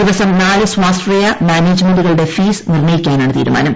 ദിവസം നാല് സ്വാശ്രയ മാനേജ്മെന്റുകളുടെ ഫീസ് നിർണ്ണയിക്കാനാണ് തീരുമാനം